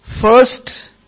first